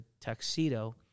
tuxedo